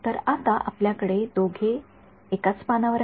तर आता आपल्याकडे दोघे एकाच पानावर आहेत